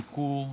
ביקור,